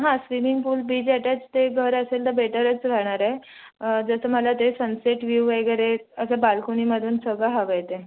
हां swimming pool beach attach ते घर असेल तर बेटरच राहणार आहे जसं मला ते सनसेट व्यू वगैरे असं बाल्कनीमधून सगळं हवं आहे ते